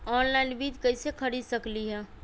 Online बीज कईसे खरीद सकली ह?